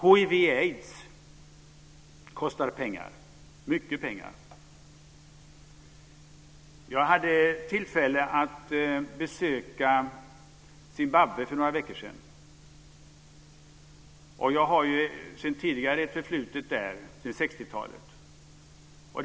Hiv/aids kostar pengar - mycket pengar. Jag hade tillfälle att besöka Zimbabwe för några veckor sedan. Jag har ett förflutet där; jag var där på 60-talet.